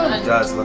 does